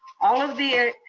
all of the